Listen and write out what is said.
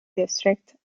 district